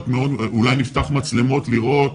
אולי נפתח מצלמות לראות?